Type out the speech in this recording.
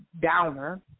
Downer